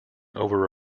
over